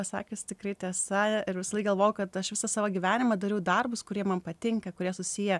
pasakius tikrai tiesa ir visąlaik galvojau kad aš visą savo gyvenimą dariau darbus kurie man patinka kurie susiję